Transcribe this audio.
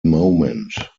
moment